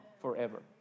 forever